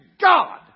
God